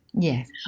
Yes